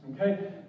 Okay